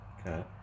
Okay